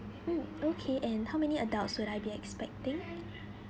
mm okay and how many adults would I be expecting